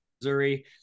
Missouri